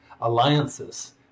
alliances